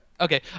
okay